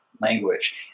language